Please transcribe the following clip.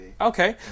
Okay